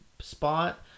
spot